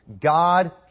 God